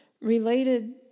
related